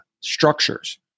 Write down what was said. structures